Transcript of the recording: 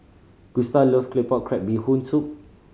Gustav love Claypot Crab Bee Hoon Soup